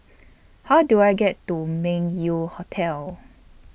How Do I get to Meng Yew Hotel